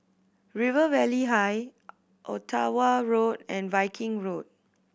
River Valley High Ottawa Road and Viking Road